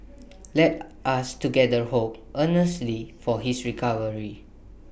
let us together hope earnestly for his recovery